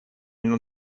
non